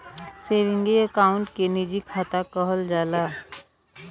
सेवींगे account के निजी खाता कहल जाला